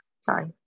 sorry